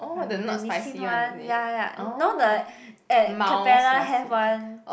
ramen the Nissin one ya ya now the at Capella have one